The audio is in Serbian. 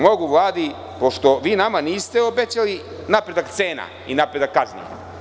Mogu Vladi, pošto vi nama niste obećala napredak cena i napredak kazni.